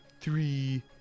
three